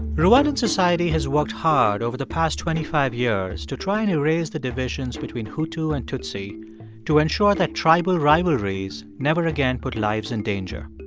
rwandan society has worked hard over the past twenty five years to try and erase the divisions between hutu and tutsi to ensure that tribal rivalries never again put lives in danger.